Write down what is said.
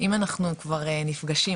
אם אנחנו כבר נפגשים,